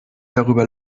darüber